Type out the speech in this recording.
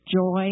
joy